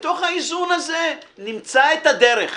בתוך האיזון הזה נמצא את הדרך.